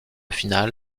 finale